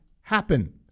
happen